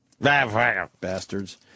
Bastards